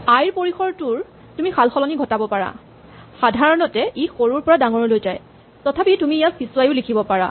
আই ৰ পৰিসৰটোৰ তুমি সালসলনি ঘটাব পাৰা সাধাৰণতে ই সৰুৰ পৰা ডাঙৰলৈ যায় তথাপি তুমি ইয়াক পিচুৱায়ো লিখিব পাৰা